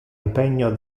impegno